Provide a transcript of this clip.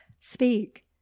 speak